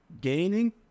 gaining